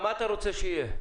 מה אתה רוצה שיהיה?